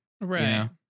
Right